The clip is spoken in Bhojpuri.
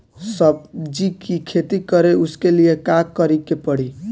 सब्जी की खेती करें उसके लिए का करिके पड़ी?